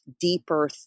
deeper